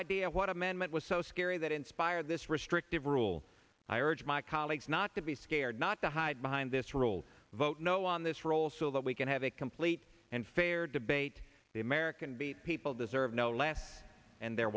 idea what amendment was so scary that inspired this restrictive rule i urge my colleagues not to be scared not to hide behind this rule vote no on this role so that we can have a complete and fair debate the american people deserve no less and they're